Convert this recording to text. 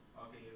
Okay